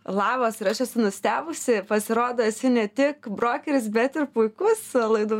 labas ir aš esu nustebusi pasirodo esi ne tik brokeris bet ir puikus laidų